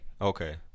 Okay